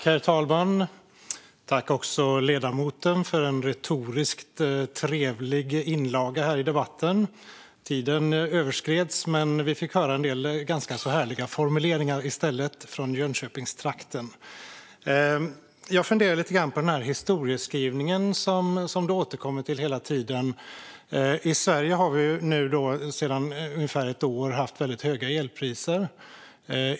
Herr talman! Tack, ledamoten, för en retoriskt trevlig inlaga i debatten! Tiden överskreds, men vi fick höra en del ganska härliga formuleringar från Jönköpingstrakten. Jag funderar lite grann på den historieskrivning som du återkommer till hela tiden. I Sverige har vi sedan ungefär ett år tillbaka haft väldigt höga elpriser.